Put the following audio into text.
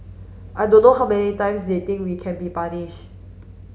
I don't know how many times they think we can be punish